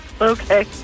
Okay